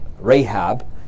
Rahab